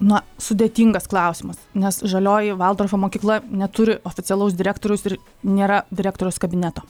na sudėtingas klausimas nes žalioji valdorfo mokykla neturi oficialaus direktoriaus ir nėra direktoriaus kabineto